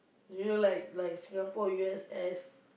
you know like like Singapore U_S_S